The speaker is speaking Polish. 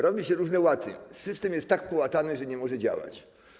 Robi się różne łaty, system jest tak połatany, że nie może działać.